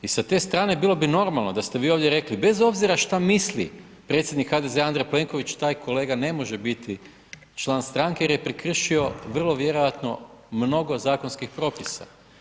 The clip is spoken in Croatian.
I sa te strane bilo bi normalno da ste vi ovdje rekli bez obzira šta misli predsjednik HDZ-a Andrej Plenković taj kolega ne može biti član stranke jer je prekršio vrlo vjerojatno mnogo zakonskih propisa.